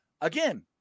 again